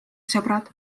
sõbrad